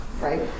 right